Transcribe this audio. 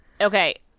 Okay